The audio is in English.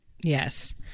Yes